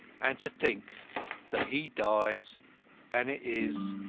and to think that he dies and it is